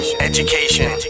education